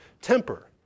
temper